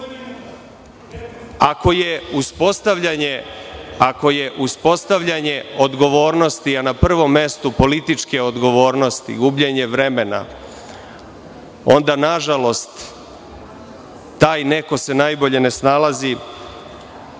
Ako je uspostavljanje odgovornosti, a na prvom mestu političke odgovornosti, gubljenje vremena, onda nažalost taj neko se najbolje ne snalazi